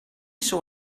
saw